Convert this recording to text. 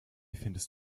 findest